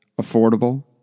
affordable